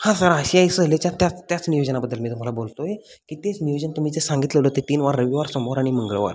हां सर आशियाई सहलीच्या त्याच त्याच नियोजनाबद्दल मी तुम्हाला बोलतो आहे की तेच नियोजन तुम्ही जे सांगितलेलं ते तीन वार रविवार सोमवार आणि मंगळवार